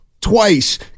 twice